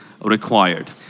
Required